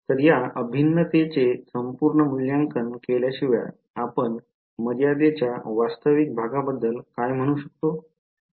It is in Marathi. तर या अभिन्नतेचे संपूर्ण मूल्यांकन केल्याशिवाय आपण मर्यादेच्या वास्तविक भागाबद्दल काय म्हणू शकतो